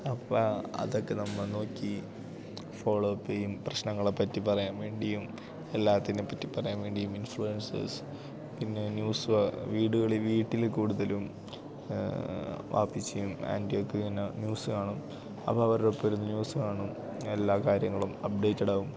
അപ്പോൾ ആ അതൊക്കെ നമ്മൾ നോക്കി ഫോളോവപ്പ് ചെയ്യും പ്രശ്നങ്ങളേപ്പറ്റി പറയാൻ വേണ്ടിയും എല്ലാത്തിനെപ്പറ്റി പറയാൻ വേണ്ടിയും ഇൻഫ്ലുവെൻസേഴ്സ് പിന്നെ ന്യൂസ് വീടുകളിൽ വീട്ടിൽ കൂടുതലും വാപ്പച്ചിയും ആൻ്റിയുമൊക്കെ ഇങ്ങനെ ന്യൂസ് കാണും അപ്പോൾ അവരുടെ ഒപ്പമിരുന്ന് ന്യൂസ് കാണും എല്ലാ കാര്യങ്ങളും അപ്ഡേയ്റ്റഡാവും